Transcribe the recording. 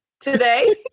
today